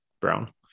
Brown